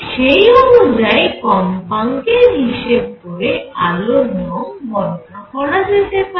সেই অনুযায়ী কম্পাঙ্কের হিসেব করে আলোর রঙ গণনা করা যেতে পারে